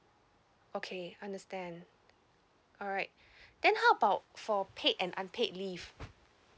okay understand alright then how about for pad and unpaid leave